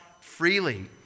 freely